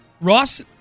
Ross